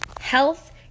health